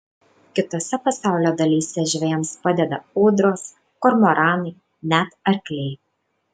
kitose pasaulio dalyse žvejams padeda ūdros kormoranai net arkliai